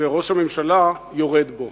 וראש הממשלה יורד בו.